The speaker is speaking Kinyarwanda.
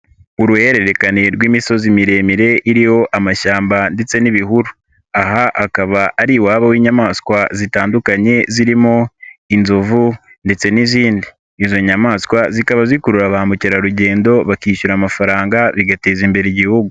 Uruhererekane rw'imisozi miremire iriho amashyamba ndetse n'ibihuru aha akaba ari iwabo w'inyamaswa zitandukanye zirimo inzovu ndetse n'izindi, izo nyamaswa zikaba zikurura ba mukerarugendo bakishyura amafaranga bigateza imbere Igihugu.